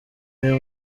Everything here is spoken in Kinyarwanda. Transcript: uyu